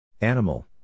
Animal